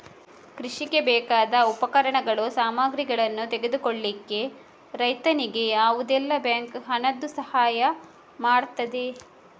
ಕೃಷಿಗೆ ಬೇಕಾದ ಉಪಕರಣಗಳು, ಸಾಮಗ್ರಿಗಳನ್ನು ತೆಗೆದುಕೊಳ್ಳಿಕ್ಕೆ ರೈತನಿಗೆ ಯಾವುದೆಲ್ಲ ಬ್ಯಾಂಕ್ ಹಣದ್ದು ಸಹಾಯ ಮಾಡ್ತದೆ?